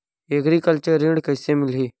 Agriculture ऋण कइसे मिलही?